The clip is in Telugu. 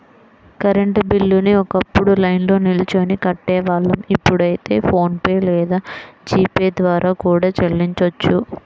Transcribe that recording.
కరెంట్ బిల్లుని ఒకప్పుడు లైన్లో నిల్చొని కట్టేవాళ్ళం ఇప్పుడైతే ఫోన్ పే లేదా జీ పే ద్వారా కూడా చెల్లించొచ్చు